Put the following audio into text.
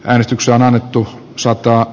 äänestyksen annettu saakka